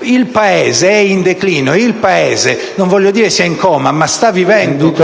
Il Paese è in declino. Il Paese - non voglio dire che è in coma - sta vivendo